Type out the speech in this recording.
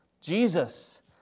Jesus